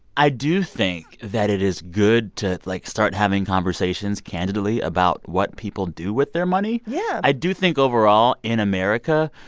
i do think that it is good to, like, start having conversations candidly about what people do with their money yeah i do think overall, in america,